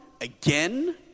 again